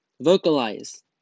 vocalize